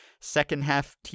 second-half